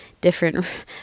different